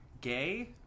gay